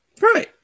Right